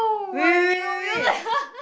wait wait wait wait wait